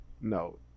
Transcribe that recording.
No